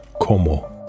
Como